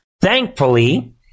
Thankfully